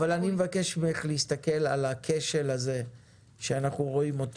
אני מבקש ממך להסתכל על הכשל הזה שאנחנו רואים,